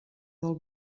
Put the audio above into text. del